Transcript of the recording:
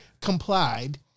complied